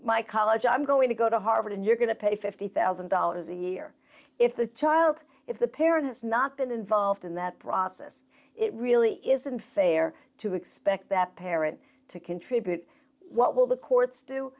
my college i'm going to go to harvard and you're going to pay fifty thousand dollars a year if the child if the parent has not been involved in that process it really isn't fair to expect that parent to contribute what will the courts do